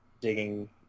digging